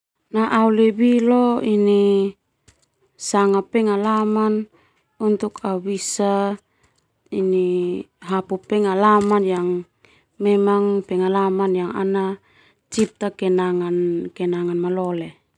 Au lebih leo ini sanga pengalaman untuk au bisa ini hapu pengalaman yang memang pengalaman ana cipta hal malole.